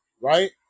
right